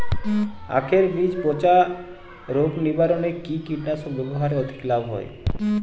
আঁখের বীজ পচা রোগ নিবারণে কি কীটনাশক ব্যবহারে অধিক লাভ হয়?